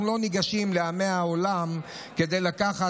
אנחנו לא ניגשים לעמי העולם כדי לקחת,